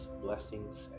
blessings